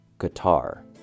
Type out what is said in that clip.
Guitar